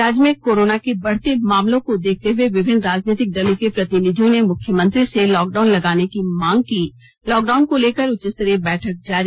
राज्य में कोरोना के बढ़ते मामलों को देखते हुए विभिन्न राजनीतिक दलों के प्रतिनिधियों ने मुख्यमंत्री से लॉकडाउन लगाने की मांग की लॉकडाउन को लेकर उच्च स्तरीय बैठक जारी